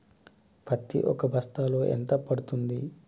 పత్తి ఒక బస్తాలో ఎంత పడ్తుంది?